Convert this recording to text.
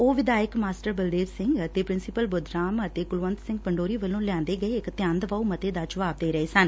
ਉਹ ਵਿਧਾਇਕ ਮਾਸਟਰ ਬਲਦੇਵ ਸਿੰਘ ਅਤੇ ਪ੍ਰਿੰਸੀਪਲ ਬੁੱਧਰਾਮ ਗਮ ਅਤੇ ਕਲਵੰਤ ਸਿੰਘ ਪੰਡੋਰੀ ਵੱਲੋਂ ਲਿਆਂਦੇ ਗਏ ਇਕ ਧਿਆਨ ਦਵਾਉਂ ਮੱਤੇ ਦਾ ਜਵਾਬ ਦੇ ਰਹੇ ਸਨ